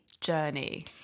journey